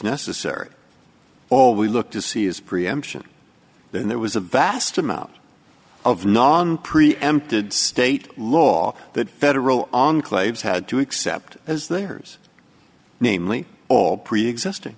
necessary all we look to see is preemption then there was a vast amount of non preempted state law that federal enclaves had to accept as theirs namely all preexisting